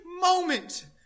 moment